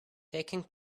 taking